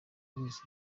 wese